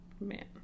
Man